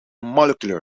molecular